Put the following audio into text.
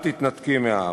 אל תתנתקי מהעם.